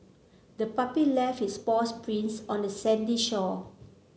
the puppy left its paws prints on the sandy shore